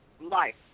life